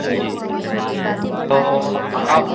जी तो आप